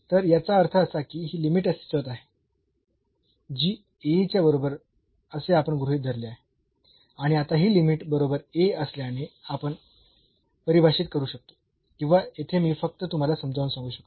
तर याचा अर्थ असा की ही लिमिट अस्तित्वात आहे जी A च्या बरोबर असे आपण गृहीत धरले आहे आणि आता ही लिमिट बरोबर A असल्याने आपण परिभाषित करू शकतो किंवा येथे मी फक्त तुम्हाला समजावून सांगू शकतो